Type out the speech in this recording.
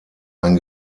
ein